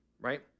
right